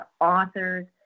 authors